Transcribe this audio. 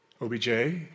OBJ